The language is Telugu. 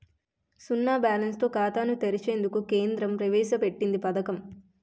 సున్నా బ్యాలెన్స్ తో ఖాతాను తెరిచేందుకు కేంద్రం ప్రవేశ పెట్టింది పథకం